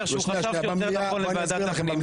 זה שהוא חשב שיותר נכון לוועדת הפנים,